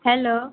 hello